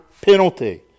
penalty